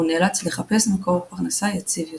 והוא נאלץ לחפש מקור פרנסה יציב יותר.